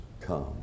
come